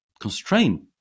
Constraint